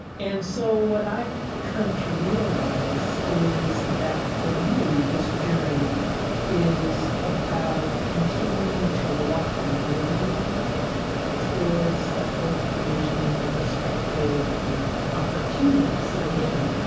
and so what i've come to realize is that, for me, this journey is about continuing to walk willing towards the hope, the vision, the perspective, the opportunities that are given.